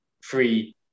free